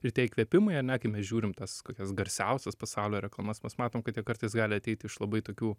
ir tie įkvėpimai ane kai mes žiūrim tas kokias garsiausias pasaulio reklamas mes matom kad jie kartais gali ateiti iš labai tokių